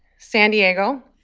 san diego,